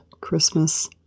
Christmas